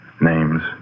names